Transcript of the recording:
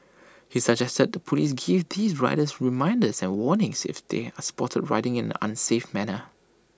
he suggested the Police give these riders reminders and warnings if they are spotted riding in an unsafe manner